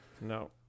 No